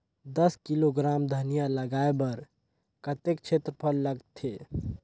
दस किलोग्राम धनिया लगाय बर कतेक क्षेत्रफल लगथे?